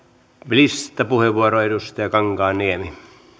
listapuheenvuoro edustaja kankaanniemi